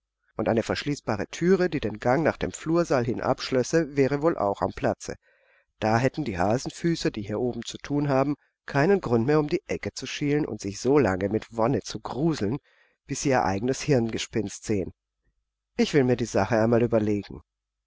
und eine verschließbare thüre die den gang nach dem flursaal hin abschlösse wäre wohl auch am platze da hätten die hasenfüße die hier oben zu thun haben keinen grund mehr um die ecke zu schielen und sich so lange mit wonne zu gruseln bis sie ihr eigenes hirngespinst gesehen ich will mir die sache einmal überlegen